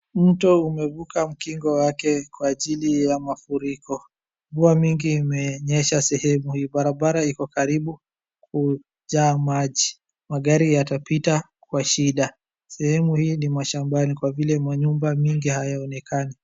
Mto umevuka mkingo wake kwa ajili ya mafuriko, mvua mingi imenyesha sehemu hii barabara iko karibu kujaa maji, magari yatapita kwa shida, sehemu hii ni mashambani kwa vile manyumba mingi hayaonekani.